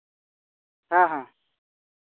ᱦᱮᱸ ᱦᱮᱸ